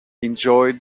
enjoyed